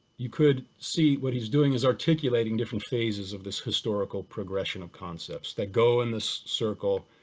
you could see what he's doing is articulating different phases of this historical progression of concepts that go in this circle,